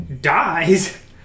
dies